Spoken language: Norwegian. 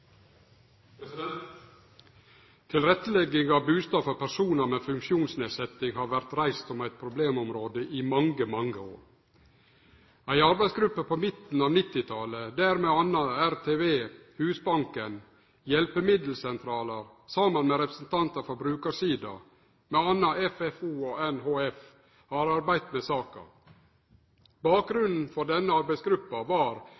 bidrag til de helhetlige vurderingene som nå skal gjøres. Tilrettelegging av bustad for personar med funksjonsnedsetjing har vore reist som eit problemområde i mange år. Ei arbeidsgruppe på midten av 1990-talet, der m.a. tidlegare Rikstrygdeverket, Husbanken, hjelpemiddelsentralar saman med representantar for brukarsida, m.a. Funksjonshemmedes fellesorganisasjon og Norges handikapforbund, har arbeidd med saka.